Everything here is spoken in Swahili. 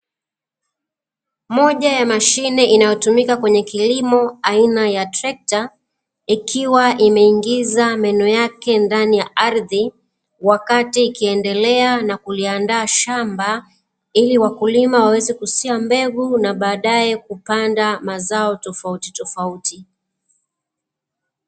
Moja ya mashine inayotumika kwenye kilimo aina ya trekta, ikiwa imeingiza meno yake ndani ya ardhi wakati ikiendelea na kuliandaa shamba, ili wakulima waweze kusia mbegu na badae kupanda mazao totautitofauti.